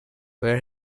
where